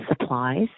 supplies